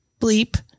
bleep